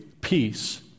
peace